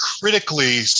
critically